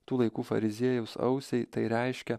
tų laikų fariziejaus ausiai tai reiškia